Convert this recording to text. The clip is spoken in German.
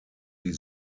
die